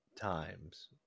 times